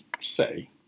say